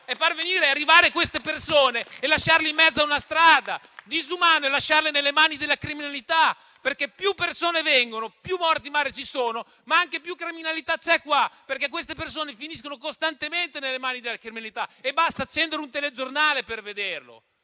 è far arrivare quelle persone e lasciarle in mezzo a una strada. Disumano è lasciarle nelle mani della criminalità, perché più persone vengono, più morti in mare ci sono o più criminalità c'è nel nostro Paese, perché queste persone finiscono costantemente nelle mani della criminalità: basta accendere un telegiornale per vederlo.